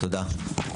תודה.